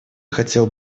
хотел